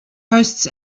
hosts